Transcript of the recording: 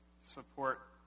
support